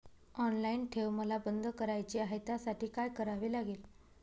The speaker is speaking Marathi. ऑनलाईन ठेव मला बंद करायची आहे, त्यासाठी काय करावे लागेल?